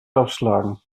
aufschlagen